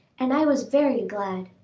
and i was very glad.